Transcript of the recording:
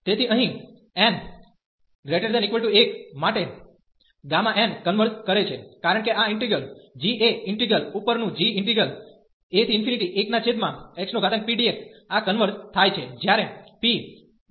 તેથી અહીં n≥1 માટે n કન્વર્ઝ કરે છે કારણ કે આ ઈન્ટિગ્રલ g એ ઈન્ટિગ્રલ ઉપર નું g ઈન્ટિગ્રલ a1xpdx આ કન્વર્ઝ થાય છે જ્યારે p 1